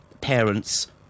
parents